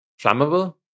flammable